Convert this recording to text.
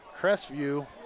Crestview